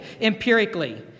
empirically